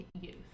youth